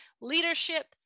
leadership